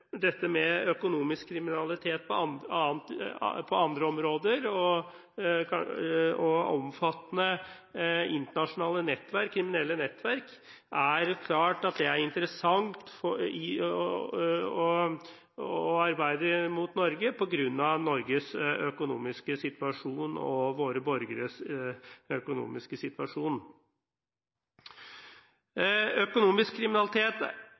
økonomisk kriminalitet på andre områder. For omfattende internasjonale kriminelle nettverk er det klart at det er interessant å arbeide mot Norge på grunn av Norges økonomiske situasjon og våre borgeres økonomiske situasjon. Økonomisk kriminalitet